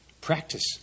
Practice